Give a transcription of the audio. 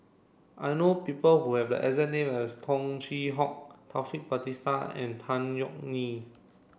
I know people who have the exact name as Tung Chye Hong Taufik Batisah and Tan Yeok Nee